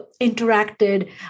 interacted